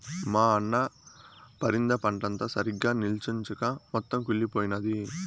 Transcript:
మా అన్న పరింద పంటంతా సరిగ్గా నిల్చొంచక మొత్తం కుళ్లిపోయినాది